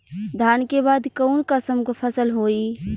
धान के बाद कऊन कसमक फसल होई?